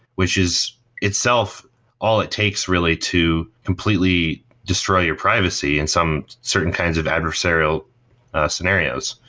which is itself all it takes really to completely destroy your privacy and some certain kind of adversarial scenarios.